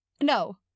No